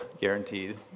guaranteed